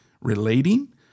relating